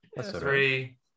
Three